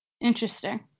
Interesting